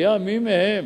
היה מי מהם